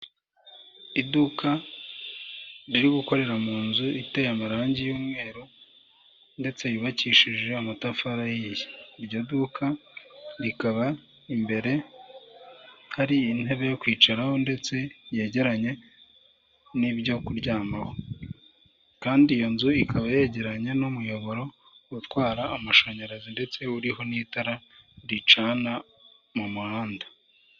Iduka riri gukorera mu nzu iteye amarangi y'umweru ndetse yubakishije amatafari ahiye. Iryo duka rikaba imbere hari intebe yo kwicaraho ndetse yegeranye n'ibyo kuryamaho. Kandi iyo nzu ikaba yegeranye n'umuyoboro utwara amashanyarazi ndetse uriho n'itara ricana mu muhanda.